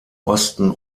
osten